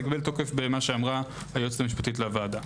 קיבל תוקף במה שאמרה היועצת המשפטית לוועדה.